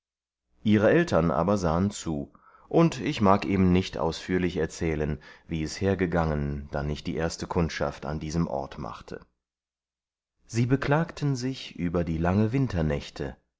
ihre eltern aber sahen zu und ich mag eben nicht ausführlich erzählen wie es hergangen dann ich die erste kundschaft an diesem ort machte sie beklagten sich über die lange winternächte